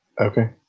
Okay